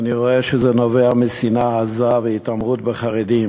אני רואה שזה נובע משנאה עזה והתעמרות בחרדים.